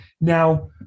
Now